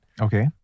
Okay